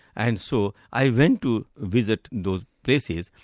and so i went to visit those places,